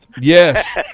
Yes